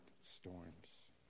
storms